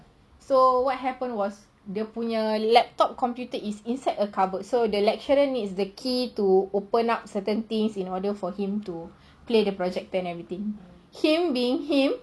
so what happened was the dia punya laptop computer is inside a cupboard so the lecturer needs the key to open up certain things in order for him to play the project plan everything him being him